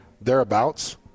thereabouts